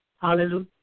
Hallelujah